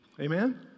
Amen